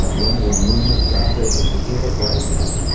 um limited movement, god's able to heal it right now.